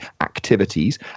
activities